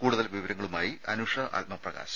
കൂടുതൽ വിവരങ്ങളുമായി അനുഷ ആത്മപ്രകാശ്